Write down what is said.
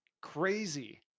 crazy